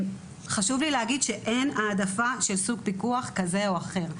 חשוב לי להגיד שאין העדפה של סוג פיקוח כזה או אחר.